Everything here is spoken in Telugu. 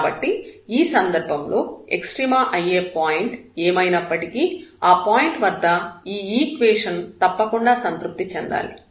కాబట్టి ఆ సందర్భంలో ఎక్స్ట్రీమ అయ్యే పాయింట్ ఏమైనప్పటికీ ఆ పాయింట్ వద్ద ఈ ఈక్వేషన్ తప్పకుండా సంతృప్తి చెందాలి